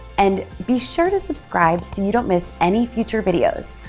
and be sure to subscribe so you don't miss any future videos,